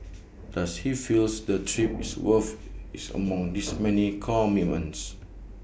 does he feels the trip is worth its among his many commitments